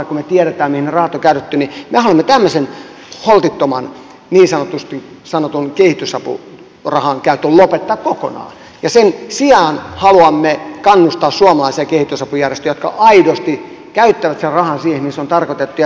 kun me tiedämme mihin ne rahat on käytetty me haluamme tämmöisen holtittoman niin sanotun kehitysapurahan käytön lopettaa kokonaan ja sen sijaan haluamme kannustaa suomalaisia kehitysapujärjestöjä jotka aidosti käyttävät sen rahan siihen mihin se on tarkoitettu